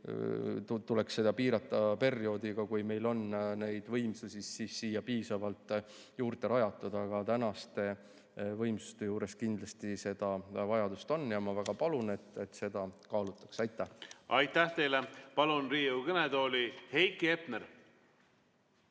tuleks seda piirata perioodiga, kuni meil on võimsusi piisavalt juurde rajatud. Aga tänaste võimsustega kindlasti seda vajadust on ja ma väga palun, et seda kaalutaks. Aitäh! Aitäh teile! Palun Riigikogu kõnetooli Heiki Hepneri.